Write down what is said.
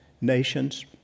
nations